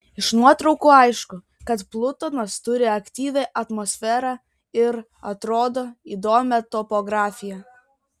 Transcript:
iš nuotraukų aišku kad plutonas turi aktyvią atmosferą ir atrodo įdomią topografiją